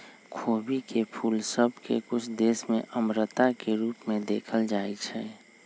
खोबी के फूल सभ के कुछ देश में अमरता के रूप में देखल जाइ छइ